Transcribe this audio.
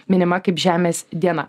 minima kaip žemės diena